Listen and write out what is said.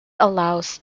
allows